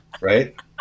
Right